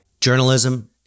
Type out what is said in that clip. journalism